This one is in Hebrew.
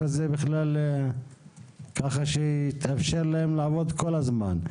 הזה בכלל ככה שיתאפשר להם לעבוד כל הזמן.